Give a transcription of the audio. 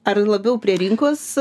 ar labiau prie rinkos